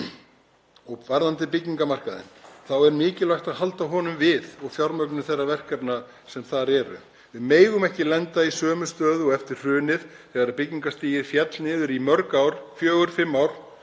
Varðandi byggingarmarkaðinn þá er mikilvægt að halda honum við og fjármögnun þeirra verkefna sem þar eru. Við megum ekki lenda í sömu stöðu og eftir hrunið þegar byggingarstigið féll niður í mörg ár, fjögur, fimm ár,